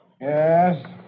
Yes